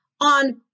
on